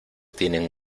tienen